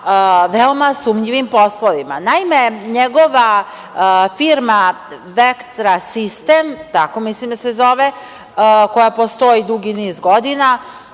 veoma sumnjivim poslovima. Naime, njegova firma „Vektra sistem“, tako mislim da se zove, koja postoji dugi niz godina